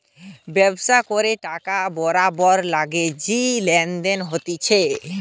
ব্যবসা করে টাকা বারবার লিগে যে লেনদেন হতিছে